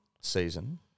season